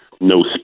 no